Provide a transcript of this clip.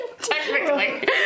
Technically